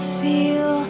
feel